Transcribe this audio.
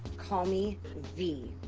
call me v.